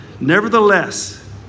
Nevertheless